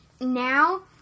now